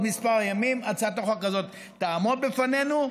כמה ימים הצעת החוק הזאת תעמוד לפנינו,